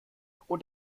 und